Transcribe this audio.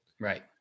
Right